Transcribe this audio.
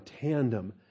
tandem